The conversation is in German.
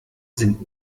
sind